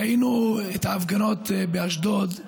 ראינו את ההפגנות באשדוד,